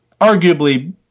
arguably